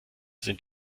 sind